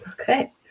Okay